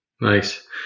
Nice